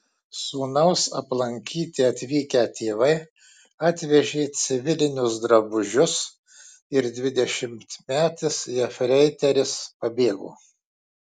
sūnaus aplankyti atvykę tėvai atvežė civilinius drabužius ir dvidešimtmetis jefreiteris pabėgo